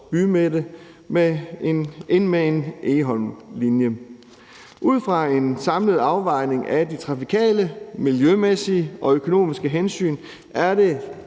bymidte end med Egholmlinjen. Ud fra en samlet afvejning af de trafikale, miljømæssige og økonomiske hensyn er det